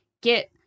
get